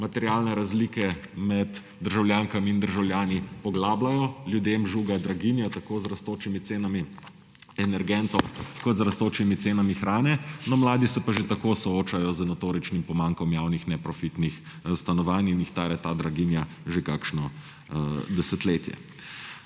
materialne razlike med državljankami in državljani poglabljajo. Ljudem žuga draginja tako z rastočimi cenami energentov kot z rastočimi cenami hrane. No, mladi se pa že tako soočajo z notoričnim pomanjkanjem javnih neprofitnih stanovanj in jih tare ta draginja že kakšno desetletje.